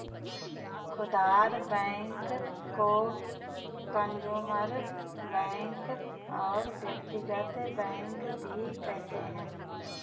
खुदरा बैंक को consumer bank और व्यक्तिगत बैंक भी कहते हैं